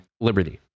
liberty